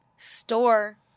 Store